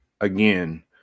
again